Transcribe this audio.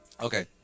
Okay